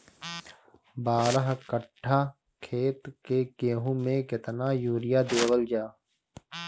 बारह कट्ठा खेत के गेहूं में केतना यूरिया देवल जा?